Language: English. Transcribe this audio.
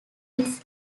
its